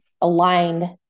aligned